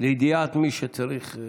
לידיעת מי שצריך.